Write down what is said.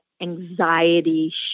anxiety